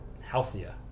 healthier